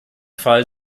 fall